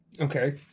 Okay